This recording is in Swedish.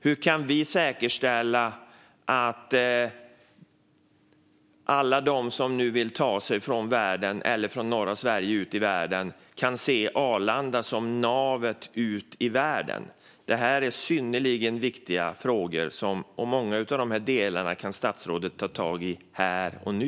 Hur kan vi säkerställa att alla de som nu vill ta sig från norra Sverige ut i världen kan se Arlanda som navet för detta? Detta är synnerligen viktiga frågor, och många av dessa kan statsrådet ta tag i här och nu.